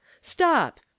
Stop